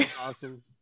Awesome